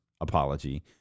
apology